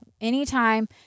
Anytime